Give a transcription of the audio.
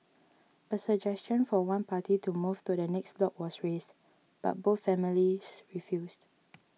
a suggestion for one party to move to the next block was raised but both families refused